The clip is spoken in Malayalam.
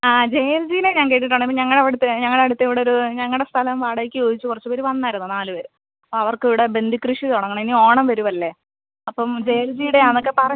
ആ ജയഞ്ചിനെ ഞാൻ കേട്ടിട്ടുണ്ട് ഞങ്ങളടവിടുത്തെ ഞങ്ങടടൂത്ത് ഇവിടെ ഒരു ഞങ്ങളുടെ സ്ഥലം വാടകക്ക് ചോദിച്ച് കുറച്ചു പേർ വന്നായിരുന്നു നാല് പേർ അപ്പം അവർക്കിവിടെ ബന്ദി കൃഷി തുടങ്ങണം ഇനി ഓണം വരുവല്ലേ അപ്പം ജയൻ ജിടെയാന്നൊക്കെ പറഞ്ഞു